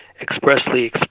expressly